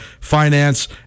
finance